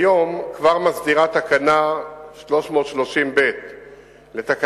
כיום כבר מסדירה תקנה 330ב לתקנות